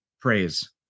praise